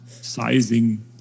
sizing